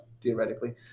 theoretically